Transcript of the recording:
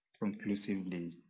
conclusively